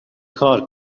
کار